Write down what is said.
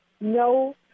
no